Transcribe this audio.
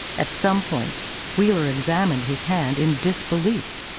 at some point wheeler examined his hand in disbelief.